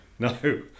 No